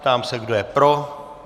Ptám se, kdo je pro?